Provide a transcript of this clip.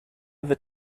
wird